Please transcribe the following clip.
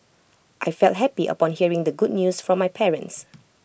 I felt happy upon hearing the good news from my parents